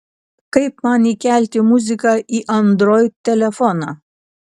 kaip man įkelti muziką į android telefoną